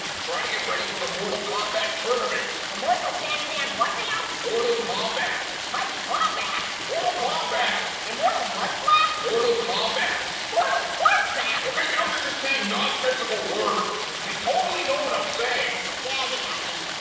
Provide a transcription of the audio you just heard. i'm trying to get ready for the mortal kombat tournament. the morsel can-can what now? mortal kombat. mighty wombat? mortal kombat! immortal mudflap? mortal kombat. shmortal fart-zap? okay, now you're just saying nonsensical words. you totally know what i'm saying. yeah, you got me.